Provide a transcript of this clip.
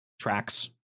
tracks